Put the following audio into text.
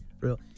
Real